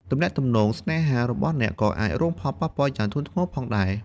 ទំនាក់ទំនងស្នេហារបស់អ្នកក៏អាចរងផលប៉ះពាល់យ៉ាងធ្ងន់ធ្ងរផងដែរ។